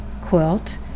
quilt